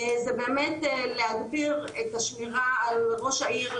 זה להגביר את השמירה על ראש העיר,